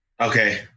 Okay